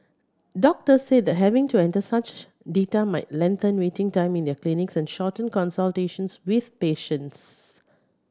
doctors said that having to enter such data might lengthen waiting time in their clinics and shorten consultations with patients